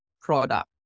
product